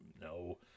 no